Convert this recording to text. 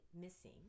missing